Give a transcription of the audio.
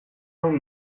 ohi